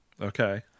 Okay